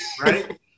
right